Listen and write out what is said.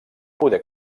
poder